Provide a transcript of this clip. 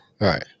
Right